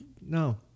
no